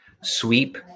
sweep